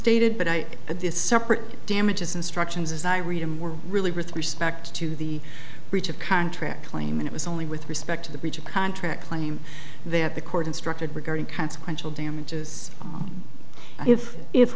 stated but i at this separate damages instructions as i read them were really with respect to the breach of contract claim and it was only with respect to the breach of contract claim they have the court instructed regarding consequential damages if if